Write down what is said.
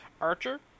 Archer